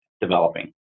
developing